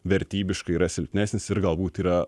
vertybiškai yra silpnesnis ir galbūt yra